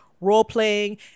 role-playing